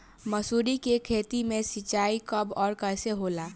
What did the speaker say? मसुरी के खेती में सिंचाई कब और कैसे होला?